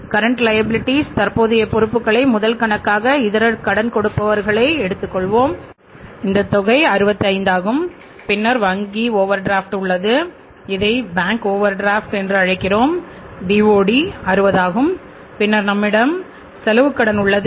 current liabilities என்று அழைக்கிறோம் BOD 60 ஆகும் பின்னர் நம்மிடம் செலவுக் கடன் உள்ளது